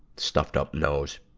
stuffed-up nose.